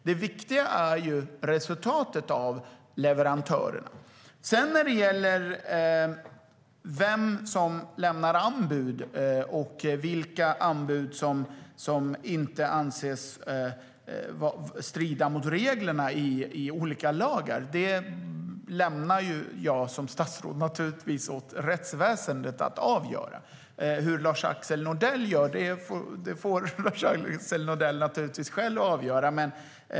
Det viktiga är resultatet från leverantörerna. När det sedan gäller vem som lämnar anbud och vilka anbud som inte anses strida mot reglerna i olika lagar lämnar jag som statsråd naturligtvis till rättsväsendet att avgöra. Hur Lars-Axel Nordell gör får Lars-Axel Nordell själv avgöra.